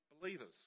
believers